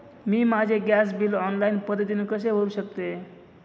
मी माझे gas bill online पद्धतीने कसे भरु शकते?